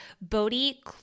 Bodhi